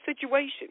situation